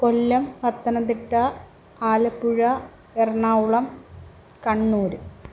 Kollam Pathanamthitta Alappuzha Ernakulam Kannur